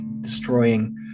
destroying